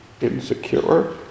insecure